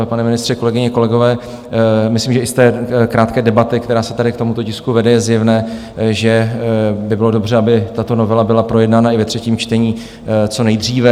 Pane ministře, kolegyně, kolegové, myslím, že i z té krátké debaty, která se tady k tomuto tisku vede, je zjevné, že by bylo dobře, aby tato novela byla projednána i ve třetím čtení co nejdříve.